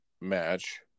match